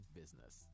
business